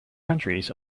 countries